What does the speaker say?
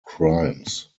crimes